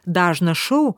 dažną šou